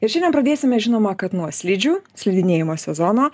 ir šiandien pradėsime žinoma kad nuo slidžių slidinėjimo sezono